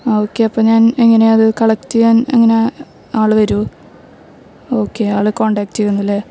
ആ ഓക്കെ അപ്പം ഞാൻ എങ്ങനെയാണ് അത് കളക്ട് ചെയ്യാൻ എങ്ങനെയാണ് ആള് വരുമോ ഓക്കെ ആള് കോണ്ടാക്ട് ചെയ്യുമെന്നല്ലേ